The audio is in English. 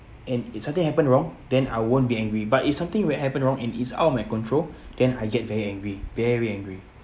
and if something happen wrong then I won't be angry but it's something when happen wrong and it's out of my control then I get very angry very angry